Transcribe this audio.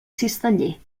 cisteller